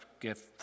gift